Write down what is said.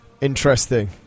Interesting